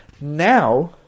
Now